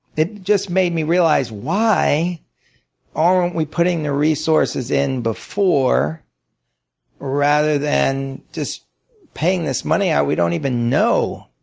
it just made me realize why aren't we putting the resources in before rather than just paying this money out we don't even know